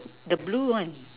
the blue one